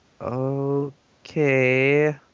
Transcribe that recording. okay